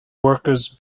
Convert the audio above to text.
workers